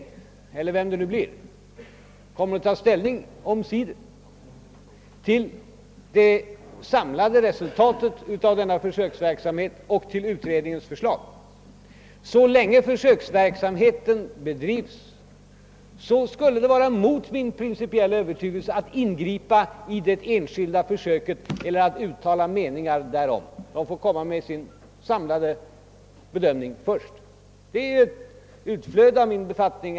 Jag eller vem det nu kan bli — kommer så småningom att ta ställning till det samlade resultatet av denna försöksverksamhet och till utredningens förslag. Så länge försöksverksamheten pågår är det emot min principiella övertygelse att ingripa i ett enskilt försök eller att uttala någon mening därom. Utredningen skall först redovisa sin samlade bedömning.